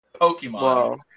Pokemon